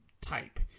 type